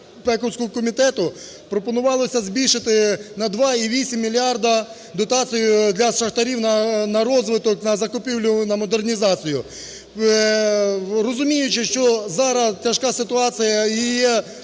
членипеківського комітету, пропонувалося збільшити на 2,8 мільярди дотацію для шахтарів на розвиток, на закупівлю, на модернізацію. Розуміючи, що зараз тяжка ситуація і